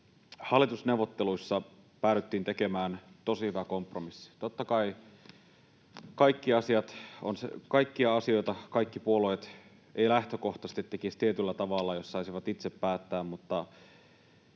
hallitusneuvotteluissa päädyttiin tekemään tosi hyvä kompromissi. Totta kai kaikkia asioita kaikki puolueet eivät lähtökohtaisesti tekisi tietyllä tavalla, jos saisivat itse päättää,